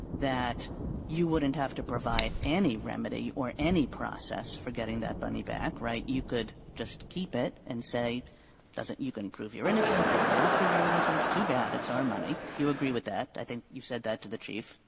that you wouldn't have to provide any remedy or any process for getting that money back right? you could just keep it and say, doesn't you can prove your innocence, you cannot prove your innocence. too bad. it's our money. you agree with that. i think you said that to the chief.